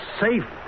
safe